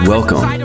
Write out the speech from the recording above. Welcome